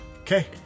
okay